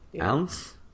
Ounce